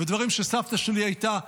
ודברים שסבתא שלי הייתה חושבת,